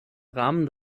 rahmen